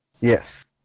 Yes